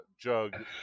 jug